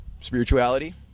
spirituality